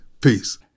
peace